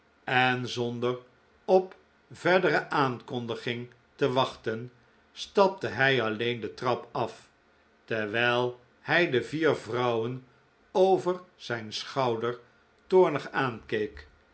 en zonder op verdere aankondiging te wachten staple hij alleen de trap af terwijl hij de vier vrouwen over zijn schouder toornig aankeek